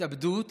התאבדות